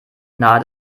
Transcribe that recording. nahe